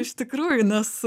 iš tikrųjų nes